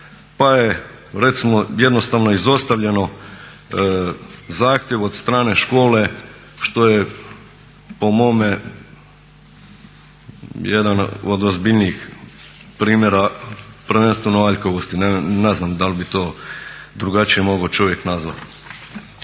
pa je recimo jednostavno izostavljeno zahtjev od strane škole što je po mome jedan od ozbiljnijih primjera prvenstveno aljkavosti, ne znam da l' bi to drugačije mogao čovjek nazvat.